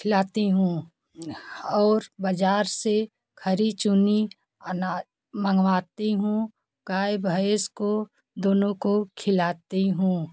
खिलाती हूँ और बाज़ार से खरी चुनी आनाज मंगवाती हूँ गाय भैंस को दोनों को खिलाती हूँ